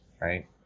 Right